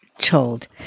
told